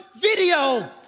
video